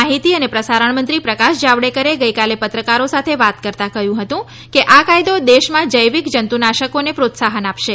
માહિતી અને પ્રસારણ મંત્રી પ્રકાશ જાવડેકરે ગઈકાલે પત્રકારો સાથે વાત કરતાં કહ્યું હતું કે આ કાયદો દેશમાં જૈવિક જંતુનાશકોને પ્રોત્સાહન આપશે